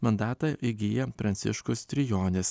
mandatą įgyja pranciškus trijonis